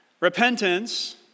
Repentance